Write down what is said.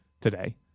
today